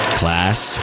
class